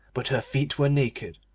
but her feet were naked.